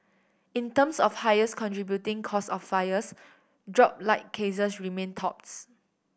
in terms of highest contributing cause of fires dropped light cases remained tops